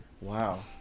Wow